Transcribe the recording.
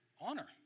honor